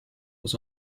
was